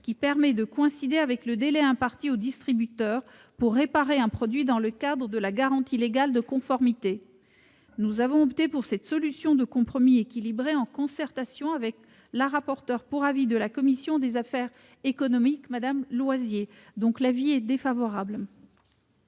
coïncidera dès lors avec le délai imparti au distributeur pour réparer un produit dans le cadre de la garantie légale de conformité. Nous avons opté pour cette solution de compromis équilibrée en concertation avec la rapporteure pour avis de la commission des affaires économiques, Mme Loisier. Nous émettons, en